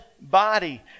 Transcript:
body